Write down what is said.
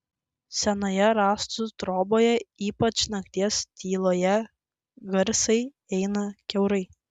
senoje rąstų troboje ypač nakties tyloje garsai eina kiaurai